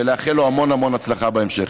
ולאחל לו המון המון הצלחה בהמשך.